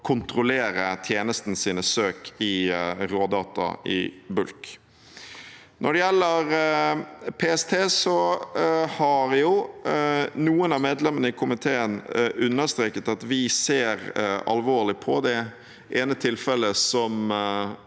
kontrollere tjenestens søk i rådata i bulk. Når det gjelder PST, har noen av medlemmene i komiteen understreket at vi ser alvorlig på det ene tilfellet, som